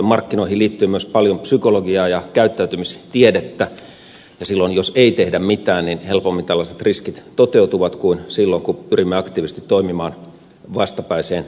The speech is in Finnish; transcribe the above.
markkinoihin liittyy myös paljon psykologiaa ja käyttäytymistiedettä ja jos ei tehdä mitään silloin tällaiset riskit toteutuvat helpommin kuin silloin kun pyrimme aktiivisesti toimimaan vastakkaiseen suuntaan